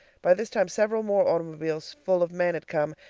by this time several more automobiles full of men had come,